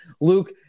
Luke